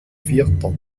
vierter